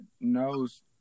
knows